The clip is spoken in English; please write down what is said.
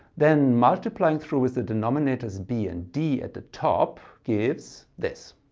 then multiplying through with the denominators b and d at the top gives this,